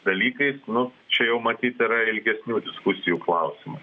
dalykai nu čia jau matyt yra ilgesnių diskusijų klausimas